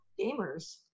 gamers